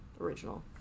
original